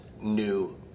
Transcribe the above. new